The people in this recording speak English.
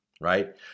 right